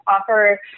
offer